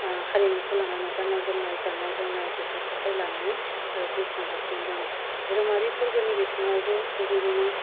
हारिमुखौ लानानै गान्नाय जोमनाय जानाय लोंनाय बेफोरखौहाय लानानै जिउ खुंगासिनो दङ धोरोमारि फोरबोनि बिथिङावबो बेबायदिनो